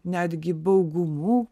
netgi baugumu